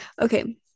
Okay